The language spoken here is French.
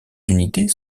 unités